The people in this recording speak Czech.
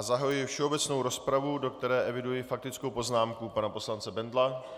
Zahajuji všeobecnou rozpravu, do které eviduji faktickou poznámku pana poslance Bendla...